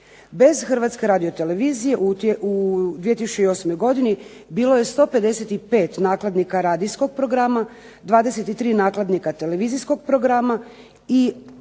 Bez Hrvatske radio-televizije u 2008. godini bilo je 155 nakladnika radijskog programa, 23 nakladnika televizijskog programa i